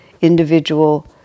individual